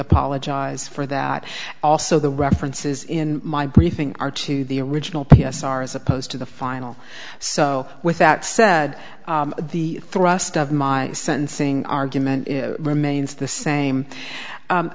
apologize for that also the references in my briefing are to the original p s r as opposed to the final so with that said the thrust of my sentencing argument remains the same